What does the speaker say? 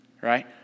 right